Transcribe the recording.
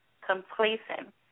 complacent